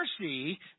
mercy